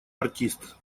артист